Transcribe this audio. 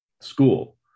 school